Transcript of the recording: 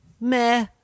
Meh